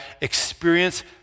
experience